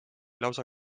lausa